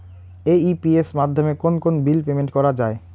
AEPS মাধ্যমে কোন কোন বিল পেমেন্ট করা যায়?